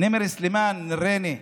נימר סלימאן מריינה,